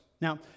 Now